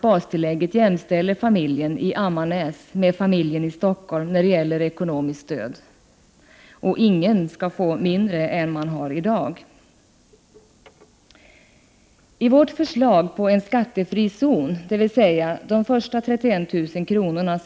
Bastillägget jämställer därmed familjen i Ammarnäs med familjen i Stockholm när det gäller ekonomiskt stöd. Och ingen skall få mindre än man har i dag. Vårt förslag om en skattefri zon — dvs. att de första 31 000 kr.